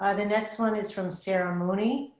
um the next one is from sarah mooney.